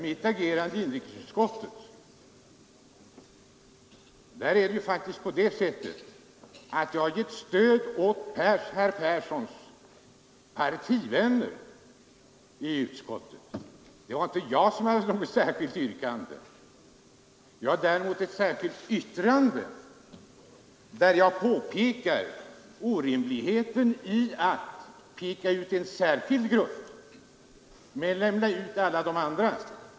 Mitt agerande i inrikesutskottet innebär faktiskt att jag har givit mitt stöd åt herr Perssons partivänner i utskottet. Det var inte jag som ställde ett särskilt yrkande; jag har däremot avgivit ett särskilt yttrande, i vilket jag påpekar orimligheten i att peka ut en särskild grupp men utelämna alla de andra grupperna.